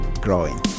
growing